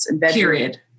Period